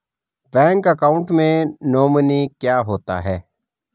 Bank account में nominee क्या होता है?